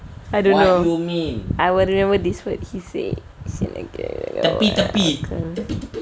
I don't know I will remember this word he say